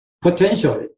Potentially